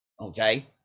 Okay